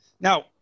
Now